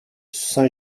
saint